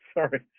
Sorry